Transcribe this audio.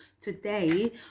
today